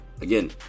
again